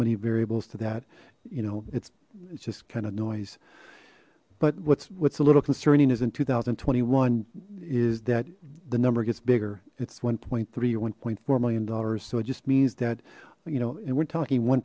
many variables to that you know it's it's just kind of noise but what's what's a little concerning is in two thousand and twenty one is that the number gets bigger its one three or one four million dollars so it just means that you know and we're talking one